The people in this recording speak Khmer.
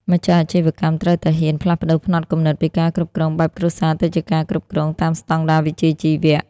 ម្ចាស់អាជីវកម្មត្រូវតែហ៊ាន "ផ្លាស់ប្តូរផ្នត់គំនិត" ពីការគ្រប់គ្រងបែបគ្រួសារ ទៅជាការគ្រប់គ្រងតាមស្ដង់ដារវិជ្ជាជីវៈ។